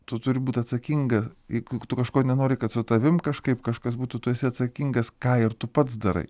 tu turi būt atsakinga jeigu kažko nenori kad su tavimi kažkaip kažkas būtų tu esi atsakingas ką ir tu pats darai